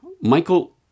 Michael